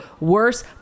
worse